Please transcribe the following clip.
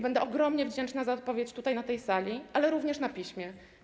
Będę ogromnie wdzięczna za odpowiedź na tej sali, ale również na piśmie.